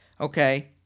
Okay